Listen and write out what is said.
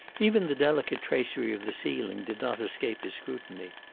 even the delicate tracery of the ceiling did not escape his scrutiny.